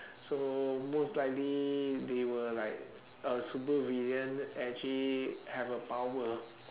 so most likely they will like a supervillain actually have a power